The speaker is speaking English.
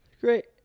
Great